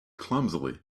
clumsily